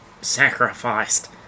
sacrificed